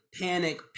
panic